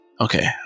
okay